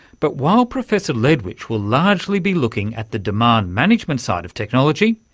but while professor ledwich will largely be looking at the demand management side of technology,